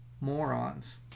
morons